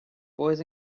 boys